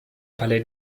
palais